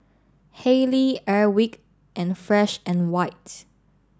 Haylee Airwick and Fresh and White